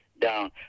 down